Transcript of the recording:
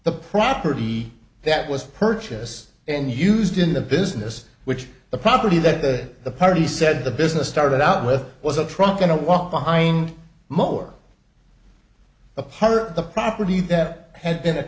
the property that was purchase and used in the business which the property that the party said the business started out with was a truck and a walk behind mower apart or the property that had been a